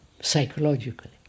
psychologically